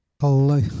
Hello